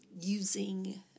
using